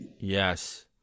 Yes